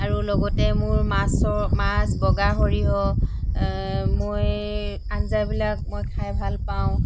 আৰু লগতে মোৰ মাছৰ মাছ বগা সৰিয়হ মই আঞ্জাবিলাক মই খাই ভালপাওঁ